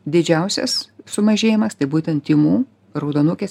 didžiausias sumažėjimas tai būtent tymų raudonukės